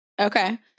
Okay